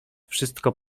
wszystko